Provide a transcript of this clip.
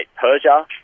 Persia